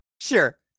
Sure